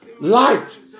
light